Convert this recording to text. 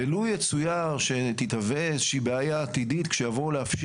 ולו יצויר שתתהווה איזושהי בעיה עתידית כשיבואו להפקיע